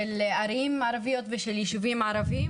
של ערים ערביות ושל ישובים ערבים,